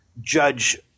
judge